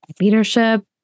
leadership